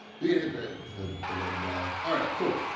you can hit the the the red guy. all right. cool.